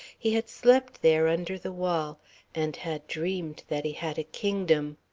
he had slept there under the wall and had dreamed that he had a kingdom.